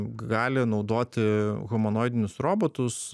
gali naudoti humanoidinius robotus